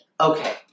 Okay